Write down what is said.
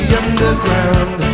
underground